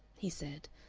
he said,